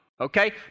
okay